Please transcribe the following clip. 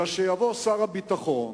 אלא שיבוא שר הביטחון